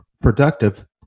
productive